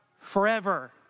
forever